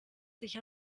sich